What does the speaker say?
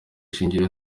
shingiro